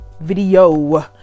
video